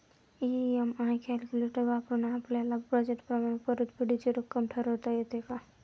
EMI calculator वापरून आपापल्या budget प्रमाणे परतफेडीची रक्कम ठरवता येते का?